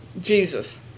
Jesus